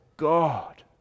God